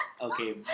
Okay